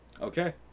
Okay